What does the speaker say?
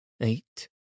eight